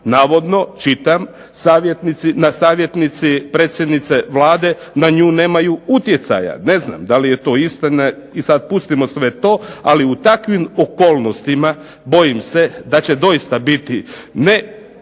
Navodno, čitam, savjetnici predsjednice Vlade na nju nemaju utjecaja. Ne znam da li je to istina. I sad pustimo sve to, ali u takvim okolnostima bojim se da će doista biti ne